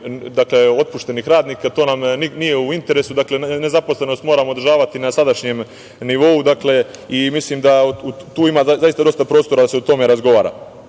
broj otpuštenih radnika. To nam nije u interesu. Dakle, nezaposlenost moramo održavati na sadašnjem nivou i mislim da tu ima zaista dosta prostora da se o tome razgovara. Kada